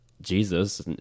Jesus